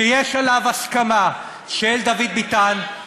שיש עליו הסכמה של דוד ביטן,